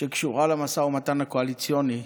שקשורה למשא ומתן הקואליציוני.